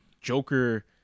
Joker